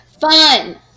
Fun